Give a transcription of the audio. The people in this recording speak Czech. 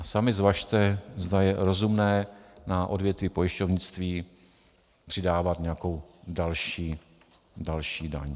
A sami zvažte, zda je rozumné na odvětví pojišťovnictví přidávat nějakou další daň.